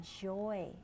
joy